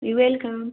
you welcome